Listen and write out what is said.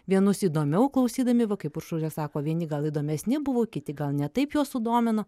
vienus įdomiau klausydami va kaip uršulė sako vieni gal įdomesni buvo kiti gal ne taip juos sudomino